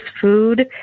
food